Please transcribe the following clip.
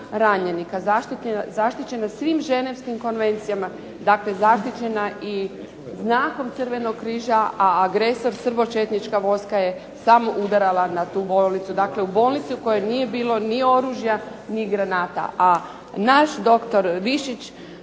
ranjenika, zaštićena svim Ženevskim konvencijama, dakle zaštićena i znakom Crvenog križa, a agresor srbočetnička vojska je samo udarala na tu bolnicu. Dakle, u bolnicu u kojoj nije bilo ni oružja ni granata, a naš dr. Višić,